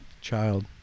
child